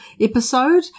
episode